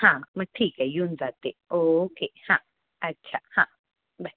हां मग ठीक आहे येऊन जाते ओके हां अच्छा हां बाय